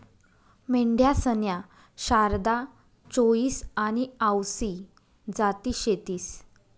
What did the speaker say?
मेंढ्यासन्या शारदा, चोईस आनी आवसी जाती शेतीस